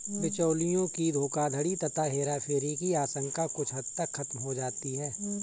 बिचौलियों की धोखाधड़ी तथा हेराफेरी की आशंका कुछ हद तक खत्म हो जाती है